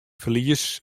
ferlies